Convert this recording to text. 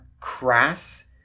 crass